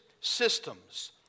systems